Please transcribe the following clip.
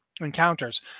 encounters